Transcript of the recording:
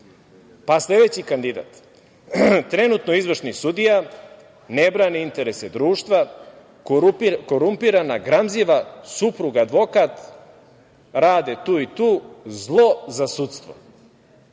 kvaliteta. Sledeći kandidat – trenutno izvršni sudija, ne brani interese društva, korumpirana, gramziva supruga advokat, rade tu i tu, zlo za sudstvo.